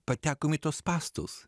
patekom į tuos spąstus